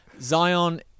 Zion